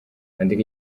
andika